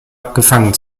gefangen